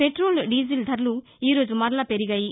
petrol diesel ధరలు ఈ రోజు మరలా పెరిగియి